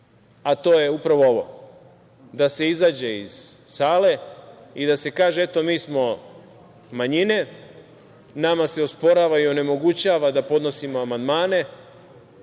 a to je upravo ovo, da se izađe iz sale i da se kaže – eto, mi smo manjine, nama se osporava i onemogućava da podnosimo amandmane,